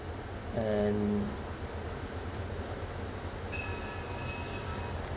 and